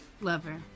lover